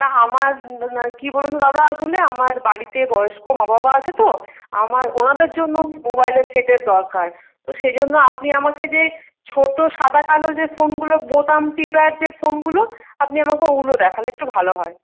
না আমার কি বলুন তো দাদা আসলে আমার বাড়িতে বয়স্ক মা বাবা আছে তো আমার ওনাদের জন্য মোবাইলের সেটের দরকার তো সেইজন্য আপনি আমাকে যে ছোটো সাদা কালো যে ফোনগুলো বোতাম টিপে আর যে ফোনগুলো আপনি আমাকে ওগুলো দেখালে একটু ভালো হয়